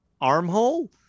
armhole